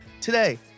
Today